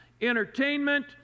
entertainment